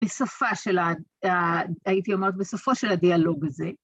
הייתי אומרת, בסופו של הדיאלוג הזה.